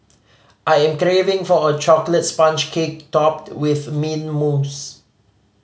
I am craving for a chocolate sponge cake topped with mint mousse